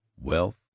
wealth